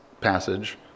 passage